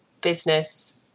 business